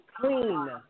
clean